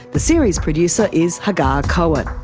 the series producer is hagar cohen,